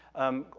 um,